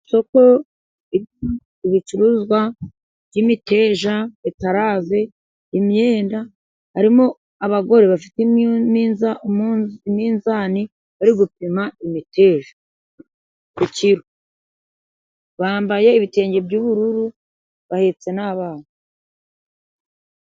Isoko ririmo ibicuruzwa by'imiteja, beterave, imyenda. Harimo abagore bafite iminzani bari gupima imiteja ku kiro. Bambaye ibitenge by'ubururu bahetse n'abana